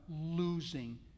losing